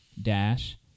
Dash